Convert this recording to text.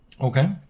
Okay